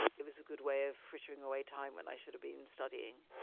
it was a good way of frittering away time when i should have been studying,